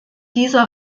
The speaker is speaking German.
dieser